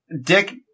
Dick